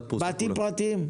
בתים פרטיים?